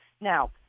Now